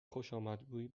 خوشآمدگویی